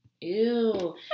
ew